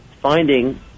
finding